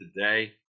today